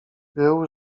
był